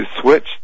switch